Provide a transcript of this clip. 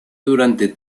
durante